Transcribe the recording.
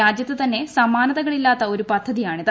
രാജ്യത്ത് തന്നെ സമാനതകളില്ലാത്ത ഒരു പദ്ധതിയാണിത്